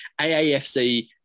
AAFC